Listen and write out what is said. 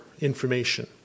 information